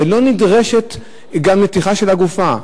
ולא נדרשת גם נתיחה של הגופה,